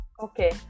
Okay